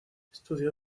estudió